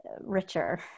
Richer